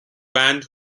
band